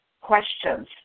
questions